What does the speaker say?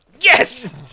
Yes